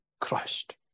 Christ